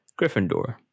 Gryffindor